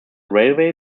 railway